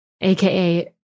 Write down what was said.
AKA